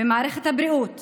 במערכת הבריאות